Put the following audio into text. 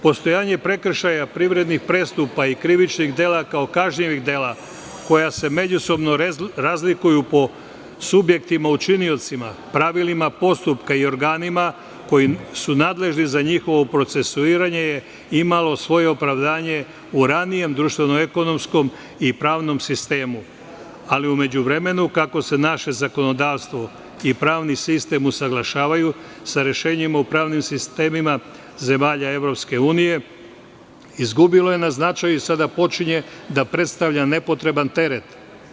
Postojanje prekršaja privrednih prestupa i krivičnih dela kao kažnjivih dela koja se međusobno razlikuju po subjektima učiniocima, pravilima postupka i organima koji su nadležni za njihovo procesuiranje je imalo svoje opravdanje u ranijem društveno-ekonomskom i pravnom sistemu, ali u međuvremenu, kako se naše zakonodavstvo i pravni sistem, usaglašavaju sa rešenjima u pravnim sistemima zemalja EU, izgubilo je na značaju, sada počinje da predstavlja nepotreban teret.